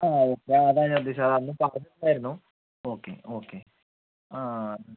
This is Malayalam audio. ആ അതെ ഞാൻ അതാ ഞാൻ ഉദ്ദേശിച്ചത് അത് അന്ന് പറഞ്ഞ് ഉണ്ടായിരുന്നു ഓക്കെ ഓക്കെ ആ അത്